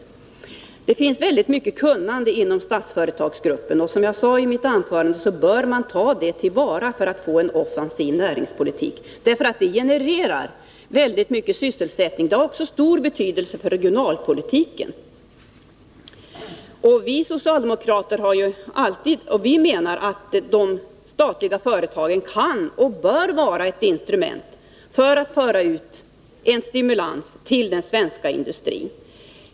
Det finns väldigt mycket kunnande inom Statsföretagsgruppen, och som jag sade i mitt anförande bör man ta detta till vara för att få en offensiv näringspolitik. Det genererar nämligen väldigt mycket sysselsättning, och det har också stor betydelse för regionalpolitiken. Vi socialdemokrater har alltid ansett att de statliga företagen kan och bör vara ett instrument för att föra ut stimulans till den svenska industrin.